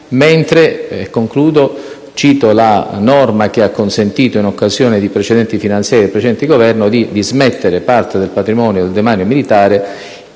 mentre cito la norma che ha consentito, in occasione di precedenti finanziarie del precedente Governo, di dismettere parte del patrimonio del demanio militare,